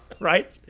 Right